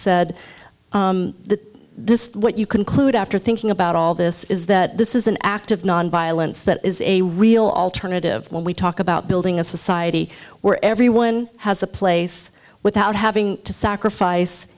this is what you conclude after thinking about all this is that this is an act of nonviolence that is a real alternative when we talk about building a society where everyone has a place without having to sacrifice